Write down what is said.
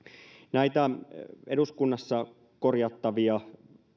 näitä eduskunnassa korjattavia